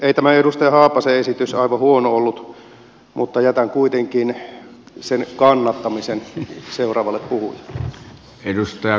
ei tämä edustaja haapasen esitys aivan huono ollut mutta jätän kuitenkin sen kannattamisen seuraavalle puhujalle